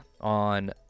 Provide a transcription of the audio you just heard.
on